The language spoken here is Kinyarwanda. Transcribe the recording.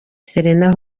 serena